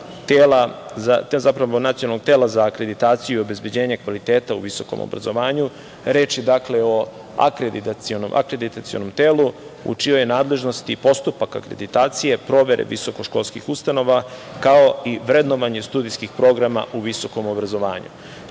tela, zapravo nacionalnog tela za akreditaciju i obezbeđenje kvaliteta u visokom obrazovanju reč je, dakle, o akreditacionom telu u čijoj je nadležnosti postupak akreditacije provere visoko-školskih ustanova, kao i vrednovanje studijskih programa u visokom obrazovanju.